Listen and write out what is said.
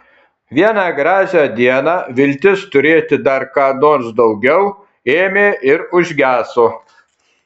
vieną gražią dieną viltis turėti dar ką nors daugiau ėmė ir užgeso